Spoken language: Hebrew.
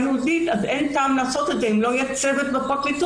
אז אין טעם לעשות את זה אם לא יהיה צוות בפרקליטות.